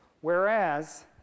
Whereas